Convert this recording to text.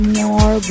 more